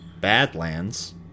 Badlands